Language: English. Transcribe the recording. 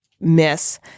miss